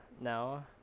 now